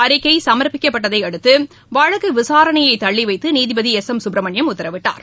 அறிக்கை சமர்ப்பிக்கப்பட்டதை அடுத்து வழக்கு விசாரணையை தள்ளிவைத்து நீதிபதி சுப்பிரமணியம் உத்தரவிட்டார்